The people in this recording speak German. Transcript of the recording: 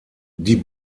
die